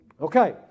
Okay